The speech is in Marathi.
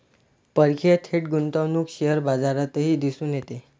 परकीय थेट गुंतवणूक शेअर बाजारातही दिसून येते